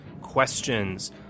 questions